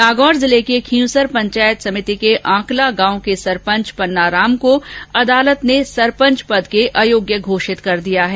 नागौर जिले के खींवसर पंचायत समिति के आंकला गांव के सरपंच पन्नाराम को अदालत ने सरपंच पद के अयोग्य घोषित कर दिया है